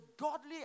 godly